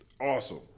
awesome